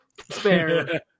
Fair